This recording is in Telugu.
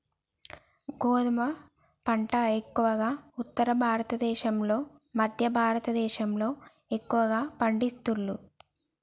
గోధుమ పంట ఎక్కువగా ఉత్తర భారత దేశం లో మధ్య భారత దేశం లో ఎక్కువ పండిస్తాండ్లు